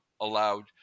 allowed